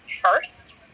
first